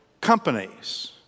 companies